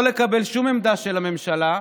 לא לקבל שום עמדה של הממשלה,